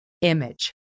image